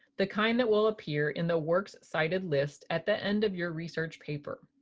the kind that will appear in the works cited list at the end of your research paper.